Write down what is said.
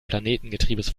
planetengetriebes